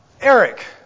Eric